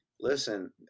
listen